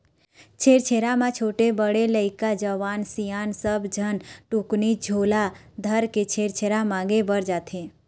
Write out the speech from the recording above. छेरछेरा म छोटे, बड़े लइका, जवान, सियान सब झन टुकनी झोला धरके छेरछेरा मांगे बर जाथें